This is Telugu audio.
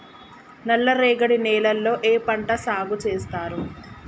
నల్లరేగడి నేలల్లో ఏ పంట సాగు చేస్తారు?